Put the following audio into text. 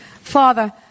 Father